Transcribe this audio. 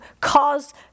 cause